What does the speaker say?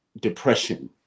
depression